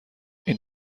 این